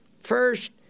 First